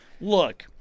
Look